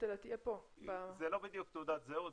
אלא תהיה פה --- זה לא בדיוק תעודת זהות,